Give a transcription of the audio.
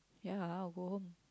ya go home